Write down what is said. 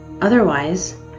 Otherwise